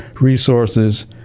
resources